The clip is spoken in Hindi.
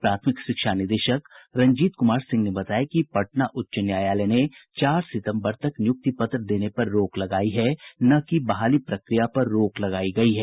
प्राथमिक शिक्षा निदेशक रंजीत कुमार सिंह ने बताया कि पटना उच्च न्यायालय ने चार सितम्बर तक नियुक्ति पत्र देने पर रोक लगायी है न कि बहाली प्रक्रिया पर रोक लगायी गयी है